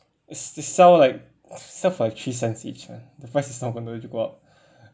is is sell like sell for like three cents each ah the price is not going to go up